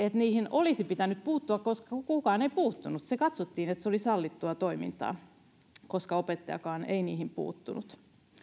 että niihin olisi pitänyt puuttua koska kukaan ei puuttunut katsottiin että se oli sallittua toimintaa koska opettajakaan ei niihin puuttunut